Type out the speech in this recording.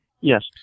Yes